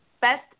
best